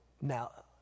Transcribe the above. Now